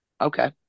okay